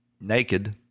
naked